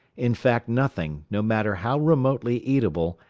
in fact, nothing, no matter how remotely eatable,